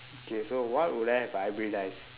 okay so what would I have hybridise